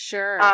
Sure